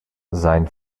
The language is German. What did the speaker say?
sein